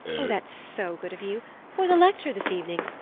oh, that's so good of you for the lecture this evening.